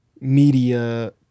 media